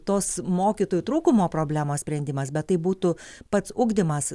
tos mokytojų trūkumo problemos sprendimas bet tai būtų pats ugdymas